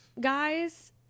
guys